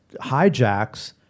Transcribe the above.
hijacks